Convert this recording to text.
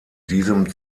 diesem